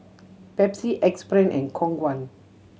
Pepsi Axe Brand and Khong Guan